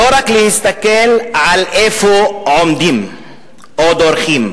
לא רק להסתכל איפה עומדים או דורכים,